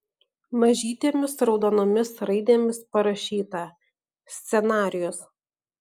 mažytėmis raudonomis raidėmis parašyta scenarijus